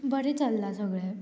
बरें चल्लां सगळें